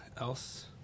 else